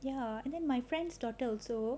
ya and then my friend's daughter also